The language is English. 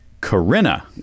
Corinna